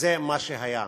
וזה מה שהיה.